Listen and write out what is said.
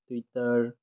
twitter